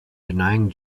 denying